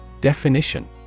Definition